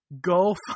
Go